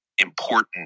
important